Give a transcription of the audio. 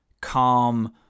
calm